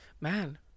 man